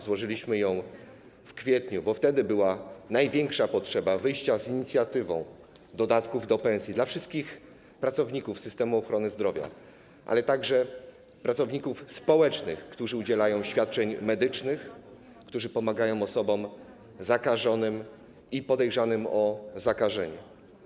Złożyliśmy ją w kwietniu, bo wtedy była największa potrzeba wyjścia z inicjatywą dodatków do pensji dla wszystkich pracowników systemu ochrony zdrowia, ale także dla pracowników społecznych, którzy udzielają świadczeń medycznych, którzy pomagają osobom zakażonym i podejrzanym o zakażenie.